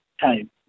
time